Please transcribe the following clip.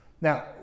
Now